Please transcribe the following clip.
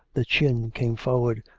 the chin came forward,